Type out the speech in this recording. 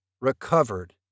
recovered